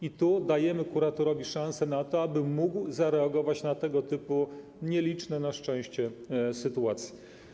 I tu dajemy kuratorowi szansę na to, aby mógł zareagować na tego typu, nieliczne na szczęście, sytuacje.